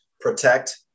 protect